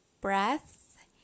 breath